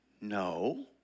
No